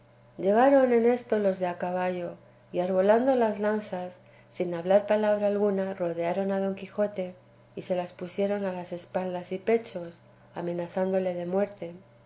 llegaron en esto los de a caballo y arbolando las lanzas sin hablar palabra alguna rodearon a don quijote y se las pusieron a las espaldas y pechos amenazándole de muerte